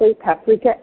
paprika